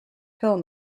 pill